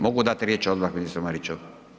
Mogu dati riječ odmah ministru Mariću?